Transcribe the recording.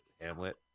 Hamlet